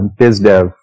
BizDev